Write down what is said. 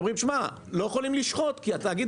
אמרו לי: לא יכולים לשחוט כי התאגיד